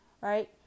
right